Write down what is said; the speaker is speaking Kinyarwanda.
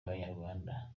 abanyarwanda